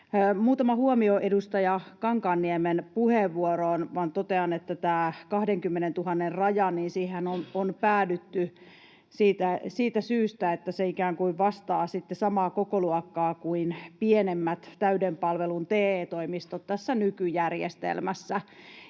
Muutama huomio edustaja Kankaanniemen puheenvuoroon. Totean, että tähän 20 000:n rajaanhan on päädytty siitä syystä, että se ikään kuin vastaa samaa kokoluokkaa kuin pienemmät täyden palvelun TE-toimistot tässä nykyjärjestelmässä.